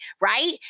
right